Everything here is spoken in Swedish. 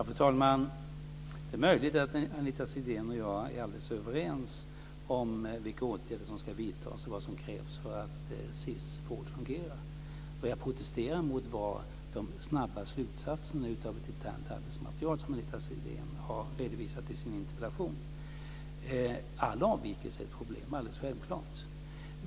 Fru talman! Det är möjligt att Anita Sidén och jag är helt överens om vilka åtgärder som ska vidtas och vad som krävs för att SiS vård fungerar. Vad jag protesterade mot var de snabba slutsatserna av ett internt arbetsmaterial, som Anita Sidén har redovisat i sin interpellation. Självklart är alla avvikelser ett problem.